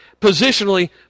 positionally